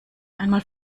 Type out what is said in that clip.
einmal